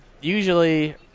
usually